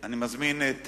אני מזמין את